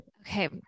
okay